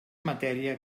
matèria